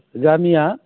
गामिया